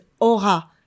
aura